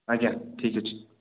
ଆଜ୍ଞା ଠିକ୍ ଅଛି